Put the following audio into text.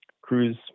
cruise